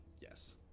yes